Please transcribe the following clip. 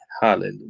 Hallelujah